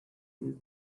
with